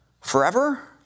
Forever